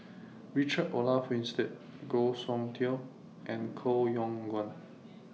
Richard Olaf Winstedt Goh Soon Tioe and Koh Yong Guan